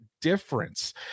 difference